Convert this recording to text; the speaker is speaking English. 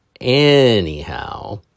anyhow